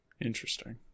Interesting